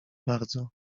bardzo